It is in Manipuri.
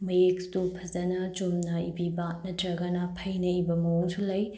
ꯃꯌꯦꯛꯇꯨ ꯐꯖꯅ ꯆꯨꯝꯅ ꯏꯕꯤꯕ ꯅꯠꯇ꯭ꯔꯒꯅ ꯐꯩꯅ ꯏꯕ ꯃꯑꯣꯡꯁꯨ ꯂꯩ